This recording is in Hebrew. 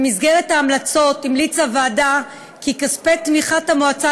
במסגרת ההמלצות המליצה הוועדה כי כספי תמיכת המועצה